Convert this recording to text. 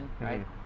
right